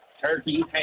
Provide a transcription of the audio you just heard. Turkey